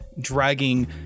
dragging